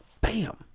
Bam